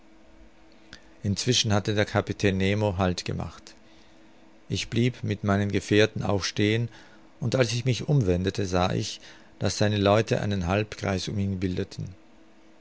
inzwischen hatte der kapitän nemo halt gemacht ich blieb mit meinen gefährten auch stehen und als ich mich umwendete sah ich daß seine leute einen halbkreis um ihn bildeten